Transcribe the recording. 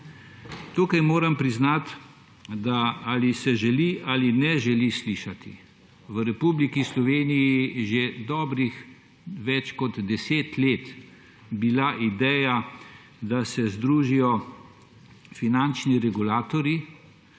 Tukaj moram priznati, ali se želi ali ne želi slišati, v Republiki Sloveniji je bila že dobrih 10 let ideja, da se združijo finančni regulatorji,